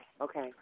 Okay